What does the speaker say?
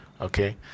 Okay